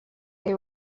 they